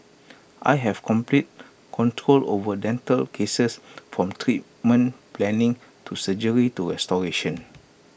I have complete control over dental cases from treatment planning to surgery to restoration